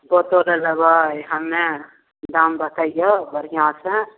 कतेक तऽ लेबै हमे दाम बतैइऔ बढ़िआँसँ